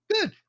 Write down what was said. Good